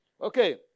Okay